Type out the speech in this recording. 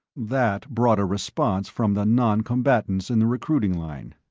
that brought a response from the non-combatants in the recruiting line.